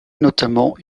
notamment